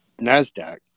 nasdaq